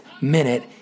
minute